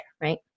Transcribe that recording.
right